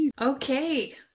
Okay